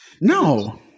No